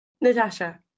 Natasha